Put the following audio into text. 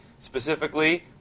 Specifically